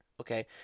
Okay